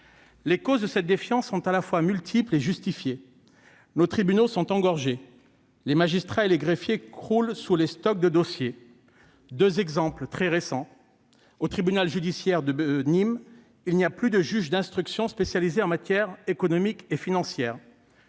Les causes de cette défiance sont à la fois multiples et justifiées. Nos tribunaux sont engorgés, les magistrats et les greffiers croulent sous les dossiers. Deux exemples très récents : au tribunal judiciaire de Nîmes, il n'y a plus de juge d'instruction spécialisé en matière économique et financière